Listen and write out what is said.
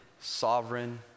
sovereign